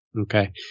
Okay